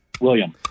William